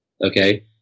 okay